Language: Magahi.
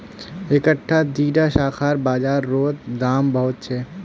इकट्ठा दीडा शाखार बाजार रोत दाम बहुत छे